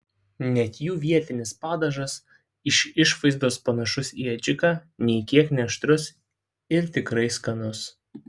net jų vietinis padažas iš išvaizdos panašus į adžiką nė kiek neaštrus ir tikrai skanus